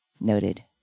noted